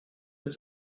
del